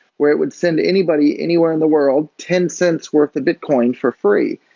where it would send anybody anywhere in the world ten cents worth of bitcoin for free,